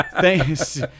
Thanks